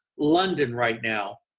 london right now,